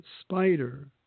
spider